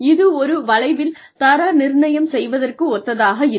இது ஒரு வளைவில் தர நிர்ணயம் செய்வதற்கு ஒத்ததாக இருக்கும்